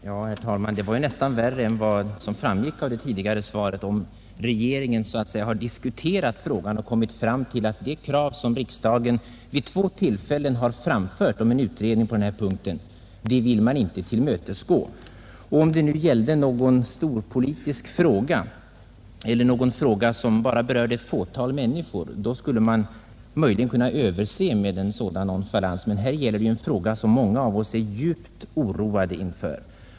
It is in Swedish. Herr talman! Det är uppenbarligen värre än vad som framgick av det tidigare svaret, om regeringen således diskuterat saken och kommit fram till att man inte vill tillmötesgå de krav om en utredning på denna punkt som riksdagen vid två tillfällen framfört. Om det gällde någon storpolitisk fråga eller någon fråga som berörde bara ett fåtal människor, skulle vi möjligen kunna överse med en sådan nonchalans. Men här gäller det en företeelse som många av oss är djupt oroade inför.